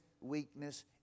weakness